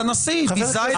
ממש לא.